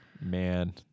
Man